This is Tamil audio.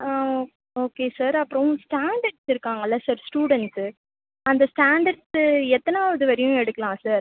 ஆ ஓகே சார் அப்புறம் ஸ்டாண்டர்ட்ஸ் இருக்காங்கல்லே சார் ஸ்டூடண்ட்ஸு அந்த ஸ்டாண்டர்ட்ஸு எத்தனாவது வரையும் எடுக்கலாம் சார்